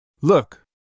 Look